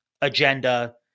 agenda